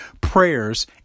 prayers